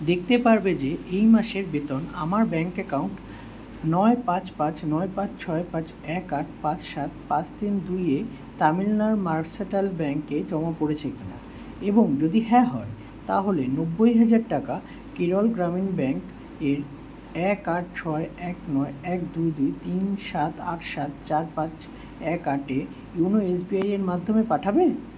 দেখতে পারবে যে এই মাসের বেতন আমার ব্যাঙ্ক অ্যাকাউন্ট নয় পাঁচ পাঁচ নয় পাঁচ ছয় পাঁচ এক আট পাঁচ সাত পাঁচ তিন দুইয়ে তামিলনাড়ু মার্সেন্টাইল ব্যাঙ্কে জমা পড়েছে কিনা এবং যদি হ্যাঁ হয় তাহলে নব্বই হাজার টাকা কেরল গ্রামীণ ব্যাঙ্ক এর এক আট ছয় এক নয় এক দুই দুই তিন সাত আট সাত চার পাঁচ এক আটে ইয়োনো এসবিআইয়ের মাধ্যমে পাঠাবে